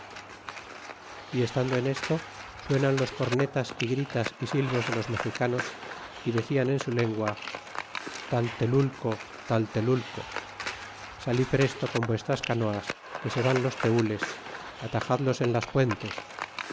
y estando en esto suenan los cornetas y gritas y silvos de los me xicanos y decian en su lengua taltelulco taltelulco salí presto con vuestras canoas que se van los tenles atajadlos en las puentes